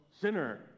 Sinner